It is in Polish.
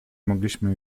mogliśmy